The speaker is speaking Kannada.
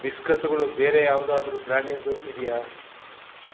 ಬಿಸ್ಕತ್ತುಗಳು ಬೇರೆ ಯಾವುದಾದ್ರೂ ಬ್ರ್ಯಾಂಡಿಂದು ಇದೆಯಾ